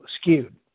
skewed